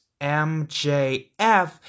MJF